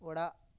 ᱚᱲᱟᱜ